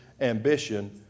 ambition